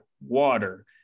water